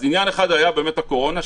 אז עניין אחד היה באמת הקורונה,